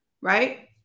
right